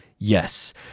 Yes